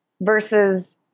versus